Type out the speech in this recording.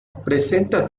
presenta